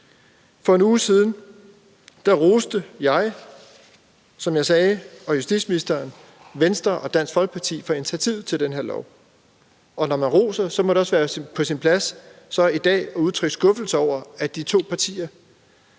For en uge siden roste jeg og justitsministeren, som jeg sagde, Venstre og Dansk Folkeparti for initiativet til den her lov, og når man roser, må det også være på sin plads så i dag at udtrykke skuffelse over, at de to partier